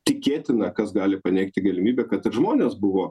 tikėtina kas gali paneigti galimybę kad ir žmonės buvo